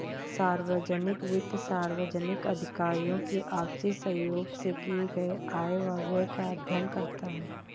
सार्वजनिक वित्त सार्वजनिक अधिकारियों की आपसी सहयोग से किए गये आय व व्यय का अध्ययन करता है